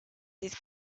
his